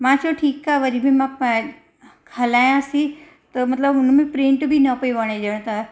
मां चयो ठीकु आहे वरी बि मां पाए हलायांसि थी त मतलबु हुनमें प्रिंट बि न पई वणे ॼण त